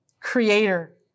Creator